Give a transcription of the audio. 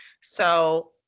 So-